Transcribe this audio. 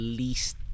least